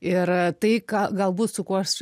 ir tai ką galbūt su kuo aš